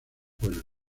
pueblo